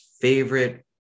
favorite